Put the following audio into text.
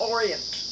Orient